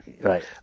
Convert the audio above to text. Right